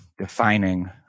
defining